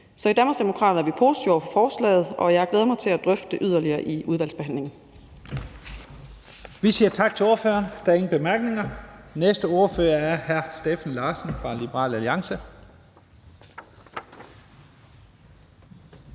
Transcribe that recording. Så i Danmarksdemokraterne er vi positive over for forslaget, og jeg glæder mig til at drøfte det yderligere i udvalgsbehandlingen.